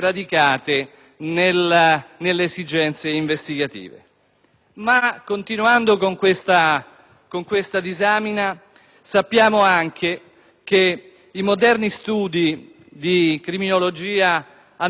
Continuando poi in questa disamina, è altresì noto che i moderni studi di criminologia hanno dimostrato in modo inconfutabile, di fronte